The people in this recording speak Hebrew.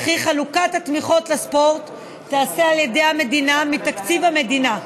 וכי חלוקת התמיכות לספורט תיעשה על ידי המדינה מתקציב המדינה.